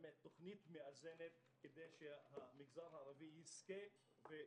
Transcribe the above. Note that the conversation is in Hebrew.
תוכנית מאזנת כדי שהמגזר הערבי יזכה.